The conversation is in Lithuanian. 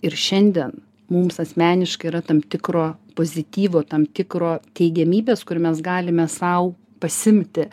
ir šiandien mums asmeniškai yra tam tikro pozityvo tam tikro teigiamybės kur mes galime sau pasiimti